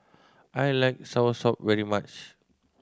I like soursop very much